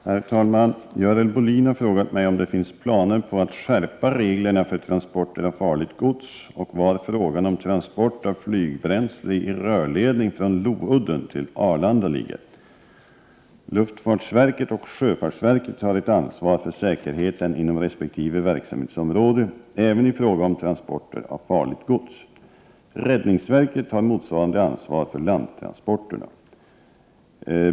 Herr talman! Görel Bohlin har frågat mig om det finns planer på att skärpa reglerna för transporter av farligt gods och var frågan om transport av flygbränsle i rörledning från Loudden till Arlanda ligger. Luftfartsverket och sjöfartsverket har ett ansvar för säkerheten inom resp. verksamhetsområde även i fråga om transporter av farligt gods. Räddningsverket har motsvarande ansvar för landtransporter.